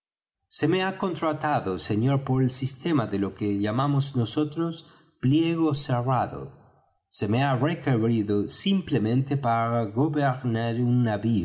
se me ha contratado señor por el sistema de lo que llamamos nosotros pliego cerrado se me ha requerido simplemente para gobernar un